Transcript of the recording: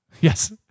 Yes